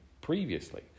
previously